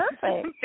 Perfect